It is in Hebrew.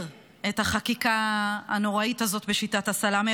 את החקיקה הנוראית הזאת בשיטת הסלמי,